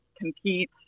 compete